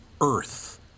earth